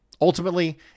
Ultimately